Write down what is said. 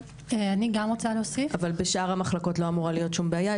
אבל בשאר המחלקות לא אמורה להיות שום בעיה.